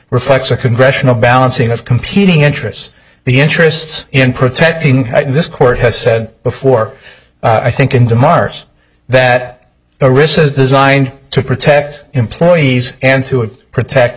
reflects a congressional balancing of competing interests the interests in protecting this court has said before i think into mars that a risk is designed to protect employees and to protect